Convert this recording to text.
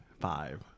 five